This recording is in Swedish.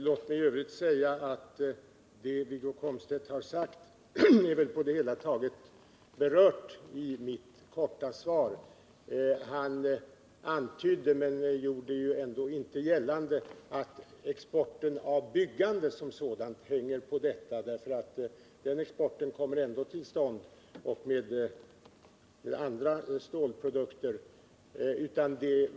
Låt mig i övrigt säga att det som Wiggo Komstedt har sagt på det hela taget är berört i mitt korta svar. Han antydde men gjorde ändå inte gällande att exporten av byggandet som sådant hänger på dessa leveranser. Men den exporten kommer ändå till stånd och med andra stålprodukter.